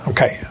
Okay